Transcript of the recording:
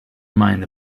mind